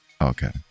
okay